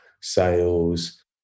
sales